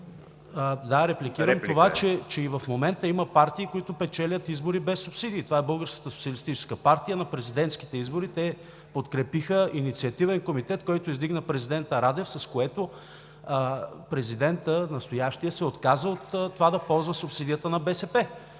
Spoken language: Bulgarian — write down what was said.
да, репликирам това, че и в момента има партии, които печелят избори без субсидии. Това е Българската социалистическа партия – на президентските избори те подкрепиха инициативен комитет, който издигна президента Радев, с което настоящият президент се отказа от това да ползва субсидията на БСП.